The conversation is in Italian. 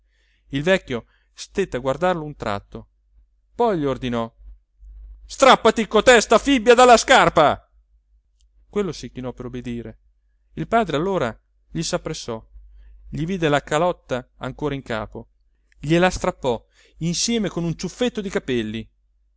il vecchio stette a guardarlo un tratto poi gli ordinò strappati cotesta fibbia dalla scarpa quello si chinò per obbedire il padre allora gli s'appressò gli vide la calotta ancora in capo gliela strappò insieme con un ciuffetto di capelli